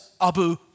Abu